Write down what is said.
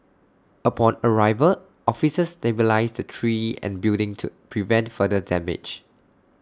upon arrival officers stabilised the tree and building to prevent further damage